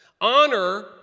Honor